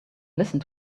listen